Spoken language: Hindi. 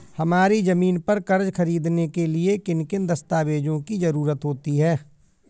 हमारी ज़मीन पर कर्ज ख़रीदने के लिए किन किन दस्तावेजों की जरूरत होती है?